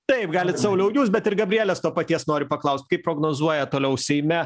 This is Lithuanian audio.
taip galit sauliau jūs bet ir gabrielės to paties noriu paklaust kaip prognozuoja toliau seime